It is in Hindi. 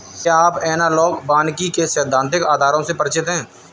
क्या आप एनालॉग वानिकी के सैद्धांतिक आधारों से परिचित हैं?